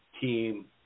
team